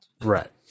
right